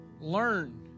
learn